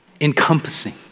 encompassing